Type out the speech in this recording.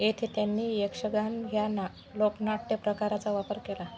येथे त्यांनी यक्षगान ह्या ना लोकनाट्य प्रकाराचा वापर केला